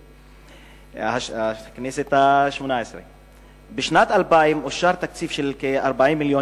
אפילו: בשנת 2000 אושר תקציב של כ-40 מיליון